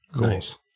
Nice